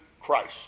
Christ